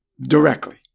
directly